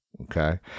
Okay